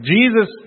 Jesus